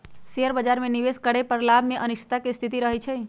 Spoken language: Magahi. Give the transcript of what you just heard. शेयर बाजार में निवेश करे पर लाभ में अनिश्चितता के स्थिति रहइ छइ